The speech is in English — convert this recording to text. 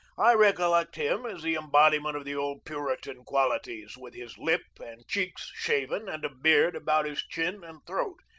i recollect him as the embodiment of the old puritan qualities, with his lip and cheeks shaven and a beard about his chin and throat,